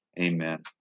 amen